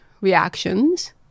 reactions